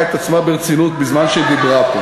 את עצמה ברצינות בזמן שהיא דיברה פה.